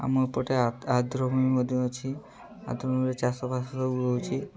ଆମ ଏପଟେ ଆଦ୍ରଭୂମି ମଧ୍ୟ ଅଛି ଆଦ୍ରଭୂମିରେ ଚାଷବାସ ସବୁ ହେଉଛି